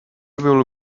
will